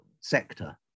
sector